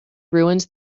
ruins